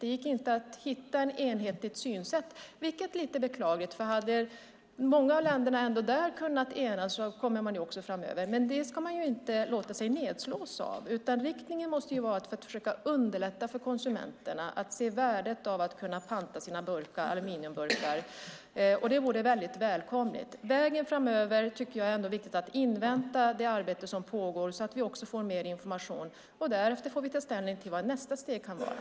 Det gick inte att hitta ett enhetligt synsätt för länderna, vilket är lite beklagligt. Men det ska man inte låta sig nedslås av. Riktningen måste vara att försöka underlätta för konsumenterna att se värdet av att kunna panta sina aluminiumburkar. Det vore väldigt välkommet. Framöver tycker jag ändå att det är viktigt att invänta det arbete som pågår, så att vi får mer information. Därefter får vi ta ställning till vad nästa steg kan vara.